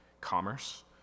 commerce